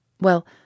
Well